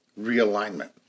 realignment